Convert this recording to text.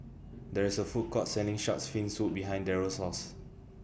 There IS A Food Court Selling Shark's Fin Soup behind Darell's House